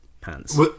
pants